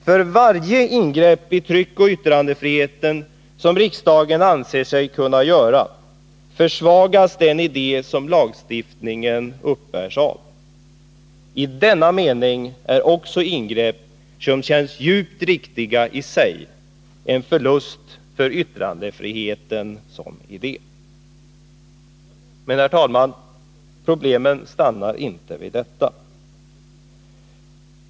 För varje ingrepp i tryckoch yttrandefriheten som riksdagen anser sig kunna göra försvagas den idé som lagstiftningen uppbärs av. I denna mening är också ingrepp som känns djupt riktiga i sig en förlust för yttrandefriheten. Men, herr talman, problemen stannar inte vid detta.